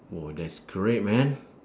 !wah! that's correct man